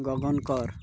ଗଗନ କର